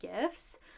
gifts